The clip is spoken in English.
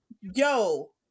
Yo